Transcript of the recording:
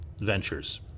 ventures